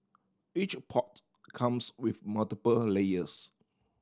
each pot comes with multiple a layers